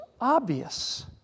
obvious